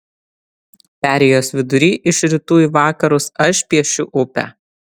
perėjos vidurį iš rytų į vakarus aš piešiu upę